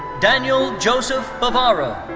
daniel joseph bavaro.